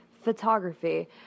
Photography